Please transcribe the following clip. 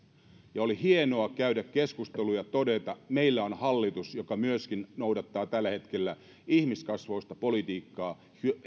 oli hienoa käydä keskustelu ja todeta meillä on hallitus joka myöskin noudattaa tällä hetkellä ihmiskasvoista politiikkaa